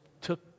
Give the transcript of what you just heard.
took